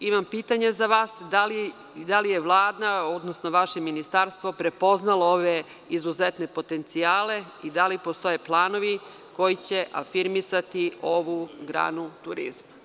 Imam pitanje za vas - da li je Vlada, odnosno vaše Ministarstvo prepoznalo ove izuzetne potencijale i da li postoje planovi koji će afirmisati ovu granu turizma?